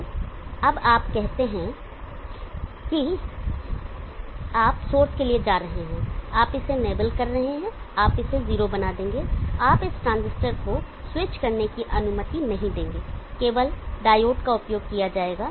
तो अब हम कहते हैं कि आप सोर्स के लिए जा रहे हैं आप इसे इनेबल कर रहे हैं आप इसे 0 बना देंगे आप इस ट्रांजिस्टर को स्विच करने की अनुमति नहीं देंगे केवल डायोड का उपयोग किया जाएगा